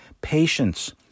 patience